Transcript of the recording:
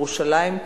ירושלים,